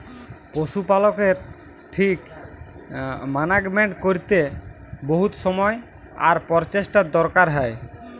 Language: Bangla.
পশু পালকের ঠিক মানাগমেন্ট ক্যরতে বহুত সময় আর পরচেষ্টার দরকার হ্যয়